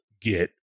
get